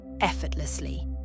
effortlessly